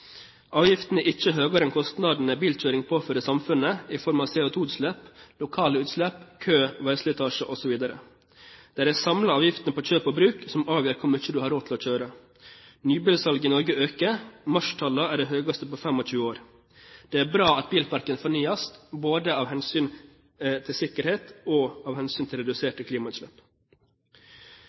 er ikke høyere enn kostnadene bilkjøring påfører samfunnet, i form av CO2-utslipp, lokale utslipp, kø, veislitasje osv. Det er de samlede utgiftene på kjøp og bruk som avgjør hvor mye du har råd til å kjøre. Nybilsalget i Norge øker. Marstallene er de høyeste på 25 år. Det er bra at bilparken fornyes, både av hensyn til sikkerhet og av hensyn til reduserte